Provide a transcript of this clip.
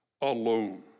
alone